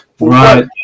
Right